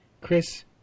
Chris